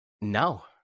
no